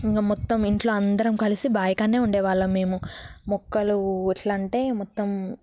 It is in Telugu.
ఇక మొత్తం ఇంట్లో అందరము కలిసి బావి కాడనే ఉండే వాళ్ళము మేము మొక్కలు ఎలా అంటే మొత్తం